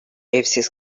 evsiz